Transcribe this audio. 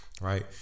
Right